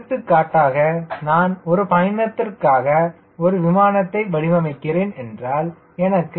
எடுத்துக்காட்டாக நான் ஒரு பயணத்திற்காக ஒரு விமானத்தை வடிவமைக்கிறேன் என்றால் எனக்கு CL 0